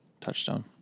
Touchstone